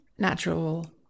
Natural